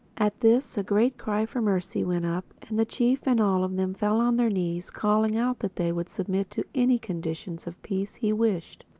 at this a great cry for mercy went up, and the chief and all of them fell on their knees, calling out that they would submit to any conditions of peace he wished.